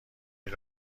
این